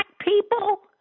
people